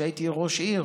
כשהייתי ראש עיר: